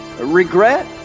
regret